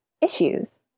issues